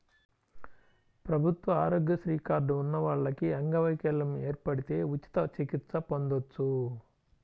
ప్రభుత్వ ఆరోగ్యశ్రీ కార్డు ఉన్న వాళ్లకి అంగవైకల్యం ఏర్పడితే ఉచిత చికిత్స పొందొచ్చు